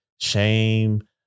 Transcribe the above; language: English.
shame